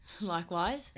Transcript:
Likewise